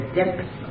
depth